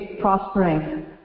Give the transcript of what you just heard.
prospering